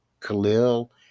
Khalil